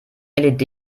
led